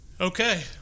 Okay